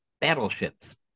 battleships